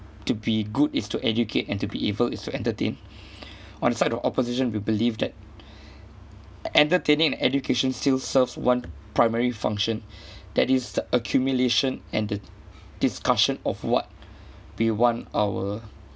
to be good is to educate and to be evil is to entertain on the side of opposition we believe that entertaining and education still serves one primary function that is the accumulation and the discussion of what we want our